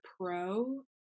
Pro